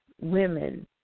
women